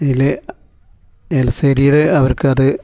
ഇതിൽ എലിശ്ശേരിയിൽ അവർക്കത്